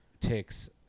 takes